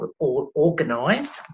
organised